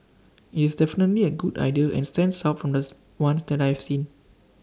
IT is definitely A good idea and stands out from thus ones that I have seen